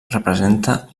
representa